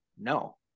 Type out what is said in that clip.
no